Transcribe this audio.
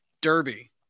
derby